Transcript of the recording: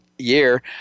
year